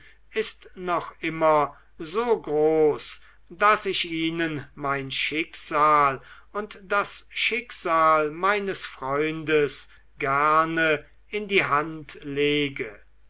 ist noch immer so groß daß ich ihnen mein schicksal und das schicksal meines freundes gerne in die hand lege